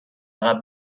عقب